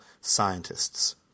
scientists